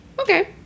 Okay